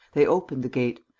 they opened the gate.